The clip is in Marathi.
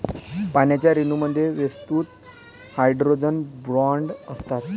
पाण्याच्या रेणूंमध्ये विस्तृत हायड्रोजन बॉण्ड असतात